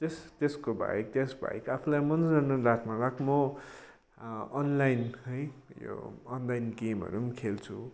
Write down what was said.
त्यस त्यसको बाहेक त्यसबाहेक आफूलाई मनोरञ्जन राख्नलाई म अनलाइन है यो अनलाइन गेमहरू पनि खेल्छु